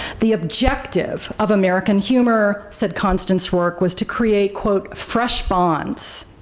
the objective of american humor, said constance rourke, was to create quote fresh bonds,